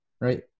right